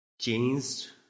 changed